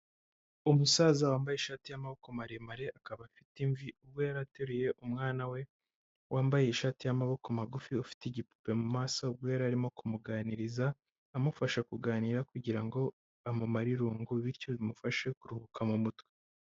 Umusaza wambaye ishati y'amaboko maremare akaba afite imvi, ubwo yari ateruye umwana we, wambaye ishati y'amaboko magufi ufite igipupe mu maso ubwo yari arimo kumuganiriza, amufasha kuganira kugira ngo amumare irungu bityo bimufashe kuruhuka mu mutwe.